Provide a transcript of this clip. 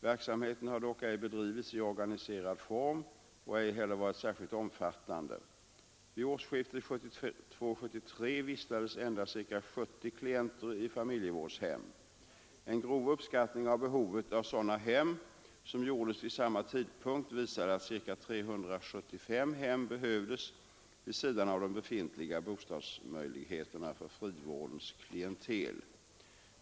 Verksamheten har dock ej bedrivits i organiserad form och ej heller varit särskilt omfattande. Vid årsskiftet 1972/73 vistades endast ca 70 klienter i familjevårdshem. En grov uppskattning av behovet av sådana hem, som gjordes vid samma tidpunkt, visade att ca 375 hem behövdes vid sidan av de befintliga bostadsmöjligheterna för frivårdens klientel.